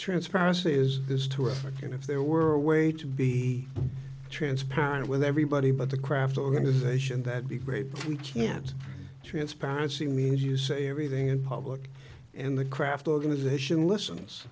transparency is this to africa and if there were a way to be transparent with everybody but the craft organization that be great we can't transparency i mean if you say everything in public and the craft organization listens